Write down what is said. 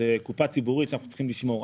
זאת קופה ציבורית שאנחנו צריכים לשמור.